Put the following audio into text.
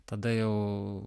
tada jau